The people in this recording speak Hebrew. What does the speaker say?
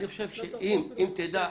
אדוני.